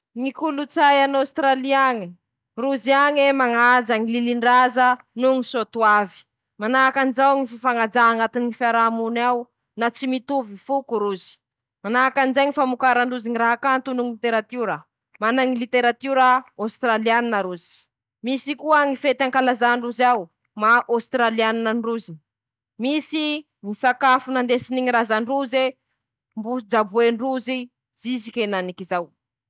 Manenty fampisehoa ñ'ahy ñyteako aminy ñy fiaiñako, ñ'antony: -Raha rey raha vaovao matetiky ataon-drozy ao ;misy ñy raha mbo tsy fahitan-teña, hitan-teña añatiny ñy tantara reñy añy, misy ñy fomba fiaiña tokony hataon-teña, misy koañy fomba fieretsereta fametsevetsea tokonyantaon-teña; misy raha azo tsoahy añatinyreñy ao; miala voly koa teña, mañalavitsy ñy fiaiña an-davanandro ro mahita raha vaovao.